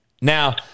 Now